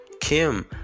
Kim